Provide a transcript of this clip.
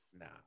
Nah